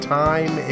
time